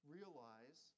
Realize